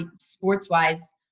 sports-wise